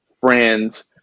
friends